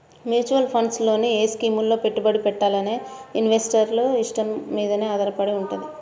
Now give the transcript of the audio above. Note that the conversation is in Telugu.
మ్యూచువల్ ఫండ్స్ లో ఏ స్కీముల్లో పెట్టుబడి పెట్టాలనేది ఇన్వెస్టర్ల ఇష్టం మీదనే ఆధారపడి వుంటది